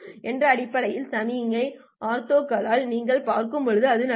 என்ற அடிப்படை சமிக்ஞையின் ஆர்த்தோகனலாக நீங்கள் பார்க்கும்போது அது நடக்கும்